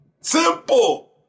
simple